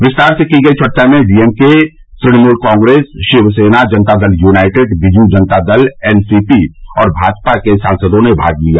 विस्तार से की गई चर्चा में D M K Trinamool Congress Shivsena Janata Dal United Biju Janata Dal N C P और भाजपा के सांसदों ने भाग लिया